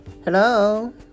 Hello